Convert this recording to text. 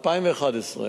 2011,